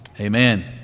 Amen